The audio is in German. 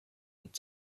und